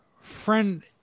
friend